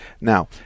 now